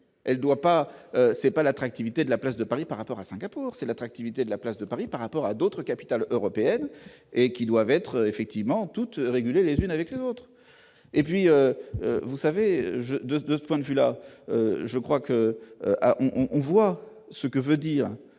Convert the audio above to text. elle doit pas c'est pas l'attractivité de la place de Paris par rapport à Singapour, c'est l'attractivité de la place de Paris par rapport à d'autres capitales européennes et qui doivent être effectivement toute réguler les avec les vôtres et puis vous savez, je 2 de ce point de vue là je crois que alors on on voit ce que veut dire